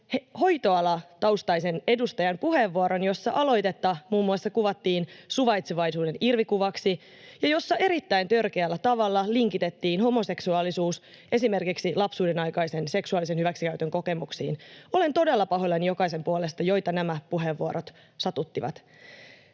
hoitoalataustaisen edustajan puheenvuoron, jossa aloitetta kuvattiin muun muassa suvaitsevaisuuden irvikuvaksi ja jossa erittäin törkeällä tavalla linkitettiin homoseksuaalisuus esimerkiksi lapsuudenaikaisen seksuaalisen hyväksikäytön kokemuksiin. Olen todella pahoillani jokaisen puolesta, joita nämä puheenvuorot satuttivat.